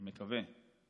אני מקווה,